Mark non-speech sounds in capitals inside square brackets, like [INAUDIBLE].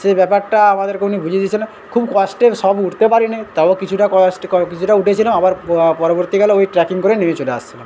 সেই ব্যাপারটা আমাদেরকে উনি বুঝিয়ে দিয়েছিল খুব কষ্টের সব উঠতে পারিনি তাও কিছুটা কষ্টে [UNINTELLIGIBLE] কিছুটা উঠেছিলাম আবার পরবর্তীকালে ওই ট্রেকিং করেই নেমে চলে এসেছিলাম